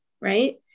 Right